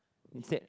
instead